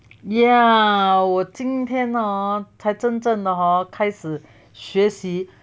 ya 我今天 hor 才真正的 hor 开始学习